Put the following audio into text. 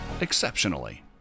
exceptionally